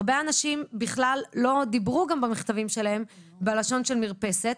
הרבה אנשים בכלל לא דיברו במכתבים שלהם בלשון של מרפסת,